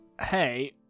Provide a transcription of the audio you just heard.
Hey